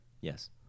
Yes